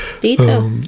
Detail